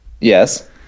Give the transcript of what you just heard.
Yes